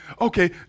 okay